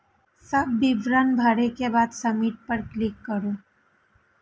सब विवरण भरै के बाद सबमिट पर क्लिक करू